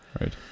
Right